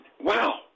Wow